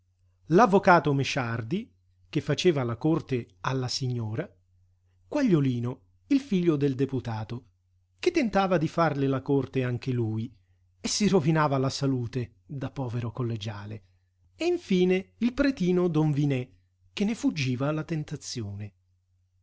l'avvocato mesciardi che faceva la corte alla signora quagliolino il figlio del deputato che tentava di farle la corte anche lui e si rovinava la salute da povero collegiale e infine il pretino don vinè che ne fuggiva la tentazione